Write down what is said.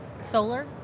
solar